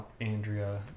Andrea